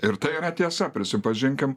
ir tai yra tiesa prisipažinkim